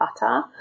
butter